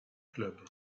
club